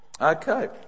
Okay